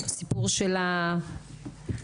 הסיפור שלה הדהד בישראל